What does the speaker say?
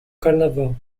carnaval